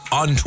on